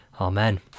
amen